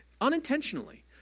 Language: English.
unintentionally